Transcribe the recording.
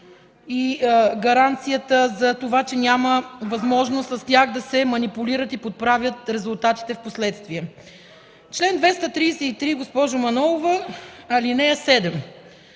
и гаранция, че няма възможност с тях да се манипулират и подправят резултатите в последствие. Госпожо Манолова, чл.